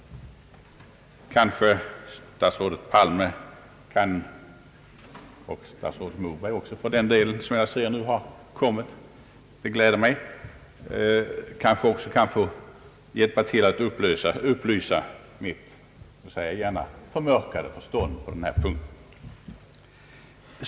Kanske statsrådet Palme eller statsrådet Moberg — som jag till min glädje ser nu har kommit in i kammaren igen — kan hjälpa till att upplysa mitt förmörkade förstånd på denna punkt.